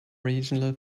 regional